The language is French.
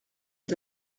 est